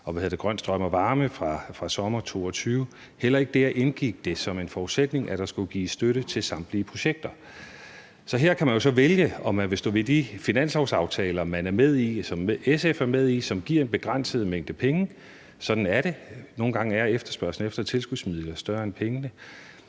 om grøn strøm og varme fra sommeren 2022, at der skulle gives støtte til samtlige projekter. Her kan man jo så vælge, om man vil stå ved de finanslovsaftaler, som man er med i, som SF er med i, og som giver en begrænset mængde penge. Sådan er det, for nogle gange er efterspørgslen efter tilskudsmidler større end pengene.